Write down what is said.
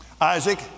Isaac